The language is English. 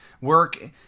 work